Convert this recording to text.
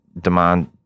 demand